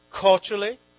culturally